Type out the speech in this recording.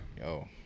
yo